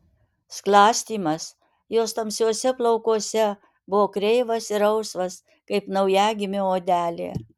sklastymas jos tamsiuose plaukuose buvo kreivas ir rausvas kaip naujagimio odelė